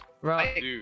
Right